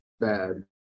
bad